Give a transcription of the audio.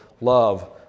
love